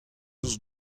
ouzh